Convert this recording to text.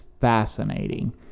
fascinating